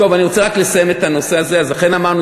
אני רוצה רק לסיים את הנושא הזה: אז אכן אמרנו,